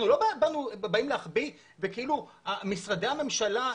אנחנו לא באים להחביא וכאילו משרדי הממשלה,